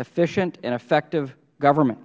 efficient and effective government